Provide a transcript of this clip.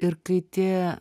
ir kai tie